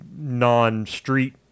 non-street